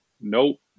nope